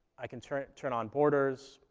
i can turn turn on borders.